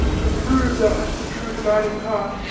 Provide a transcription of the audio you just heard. to prove thou hast a true divining heart,